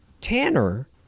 Tanner